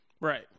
Right